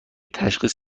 تشخیص